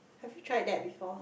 have you tried that before